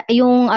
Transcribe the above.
yung